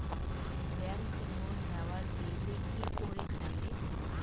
Bank loan নেওয়ার গেইলে কি করীর নাগে?